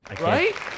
right